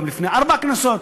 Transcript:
גם לפני ארבע כנסות,